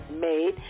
made